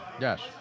Yes